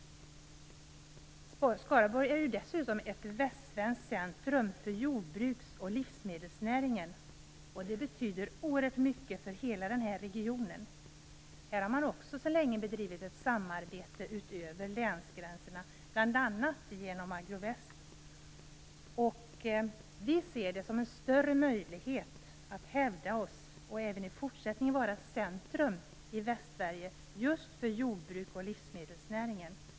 Skaraborg är dessutom ett västsvenskt centrum för jordbruks och livsmedelsnäringen. Det betyder oerhört mycket för hela regionen. Här har man också under lång tid bedrivit ett samarbete utöver länsgränserna, bl.a. genom Agro Väst. Vi ser det här som en bättre möjlighet för oss att hävda oss och att även i fortsättningen vara ett centrum i Västsverige just för jordbruks och livsmedelsnäringen.